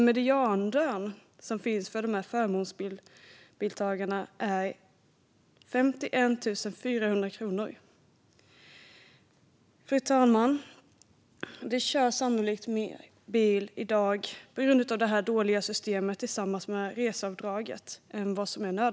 Medianlönen för förmånsbilsinnehavarna är 51 400 kronor. Fru talman! Det körs sannolikt mer bil i dag än vad som är nödvändigt på grund av det här dåliga systemet och reseavdraget.